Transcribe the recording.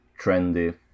trendy